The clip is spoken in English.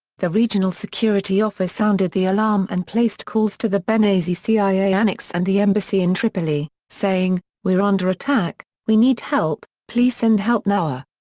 the regional security office sounded the alarm and placed calls to the benghazi cia annex and the embassy in tripoli, saying, we're under attack, we need help, please send help now.